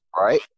right